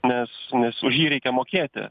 nes nes už jį reikia mokėti